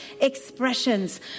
expressions